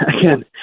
again